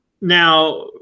Now